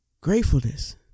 gratefulness